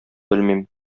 белмим